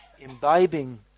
imbibing